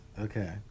Okay